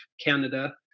Canada